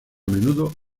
menudo